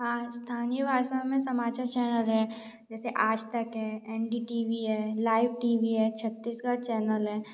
आज स्थानीय भाषा मे समाचार चैनल हैं जैसे आजतक है एन डी टी वी है लाइव टी वी है छत्तीसगढ़ चैनल है